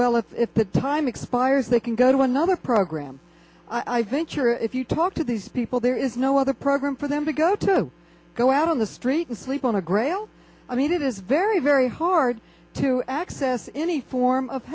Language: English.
well if that time expires they can go to another program i think you're if you talk to these people there is no other program for them to go to go out on the street and sleep on the grail i mean it is very very hard to access any form of